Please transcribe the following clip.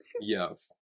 Yes